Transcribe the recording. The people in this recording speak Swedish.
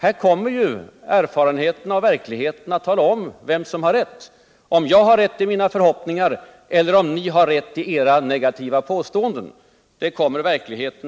Här kommer erfarenheten och verkligheten att tala om vem som hade rätt — om jag hade rätt i mina förhoppningar eller om ni har rätt i era negativa påståenden.